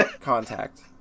contact